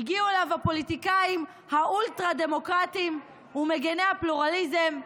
הגיעו אליו הפוליטיקאים האולטרה-דמוקרטיים ומגיני הפלורליזם,